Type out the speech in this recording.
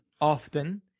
often